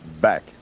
back